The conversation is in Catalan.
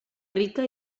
rica